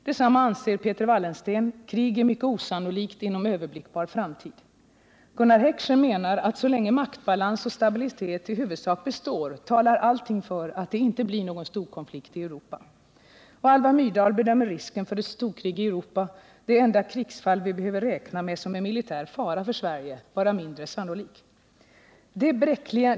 Detsamma anser Peter Wallensten: Krig är mycket osannolikt inom överblickbar framtid. Gunnar Heckscher menaratt så länge maktbalans och stabilitet i huvudsak består, talar allting för att det inte blir någon storkonflikt i Europa. Alva Myrdal bedömer risken för ett storkrig i Europa — det enda krigsfall vi behöver räkna med som en militär fara för Sverige — vara mindre sannolik.